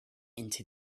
into